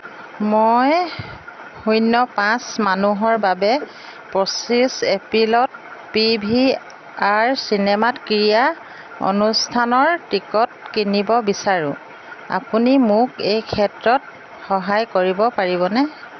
মই শূন্য পাঁচ মানুহৰ বাবে পঁচিছ এপ্ৰিলত পি ভি আৰ চিনেমাত ক্ৰীড়া অনুষ্ঠানৰ টিকট কিনিব বিচাৰোঁ আপুনি মোক এই ক্ষেত্ৰত সহায় কৰিব পাৰিবনে